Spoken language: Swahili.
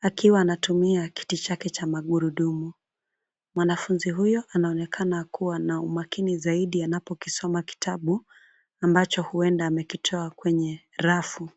akiwa anatumia kiti chake cha magurudumu. Mwanafunzi huyo anaonekana kuwa na umakini zaidi, anaposoma kitabu ambacho huenda amekitoa kwenye rafu.